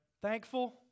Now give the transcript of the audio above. Thankful